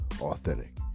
authentic